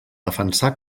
defensà